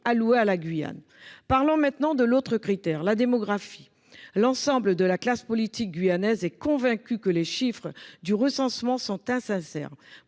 allouée à la Guyane. Parlons maintenant de l'autre critère : la démographie. Dans son ensemble, la classe politique guyanaise est convaincue que les chiffres du recensement sont insincères.